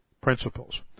principles